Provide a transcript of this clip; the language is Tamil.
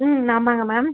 ம் ஆமாங்க மேம்